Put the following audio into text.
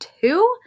two